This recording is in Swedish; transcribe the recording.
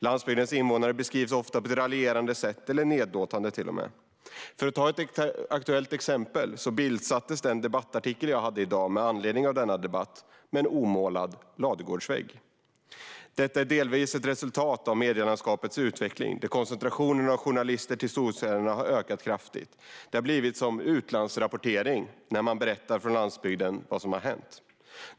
Landsbygdens invånare beskrivs ofta på ett raljerande eller till och med nedlåtande sätt. Ett aktuellt exempel är att min debattartikel från i dag, med anledning av denna debatt, bildsattes med en bild på en omålad ladugårdsvägg. Detta är delvis ett resultat av medielandskapets utveckling, där koncentrationen av journalister till storstäderna har ökat kraftigt. Det har blivit som utlandsrapportering att berätta vad som händer på landsbygden.